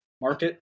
market